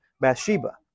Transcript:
Bathsheba